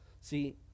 See